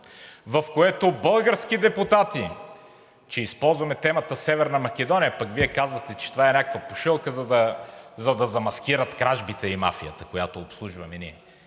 в което български депутати ще използваме темата Северна Македония, пък Вие казвате, че това е някаква пушилка, за да замаскират кражбите и мафията, която обслужваме ние,